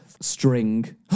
String